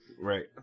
Right